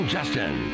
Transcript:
Justin